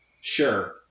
Sure